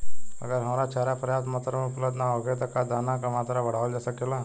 अगर हरा चारा पर्याप्त मात्रा में उपलब्ध ना होखे त का दाना क मात्रा बढ़ावल जा सकेला?